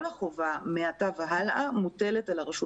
כל החובה מעתה והלאה מוטלת על הרשות